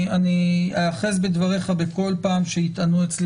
אני אאחז בדבריך בכל פעם שיטענו אצלי